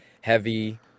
heavy